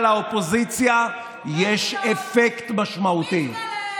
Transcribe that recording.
בבקשה, אדוני,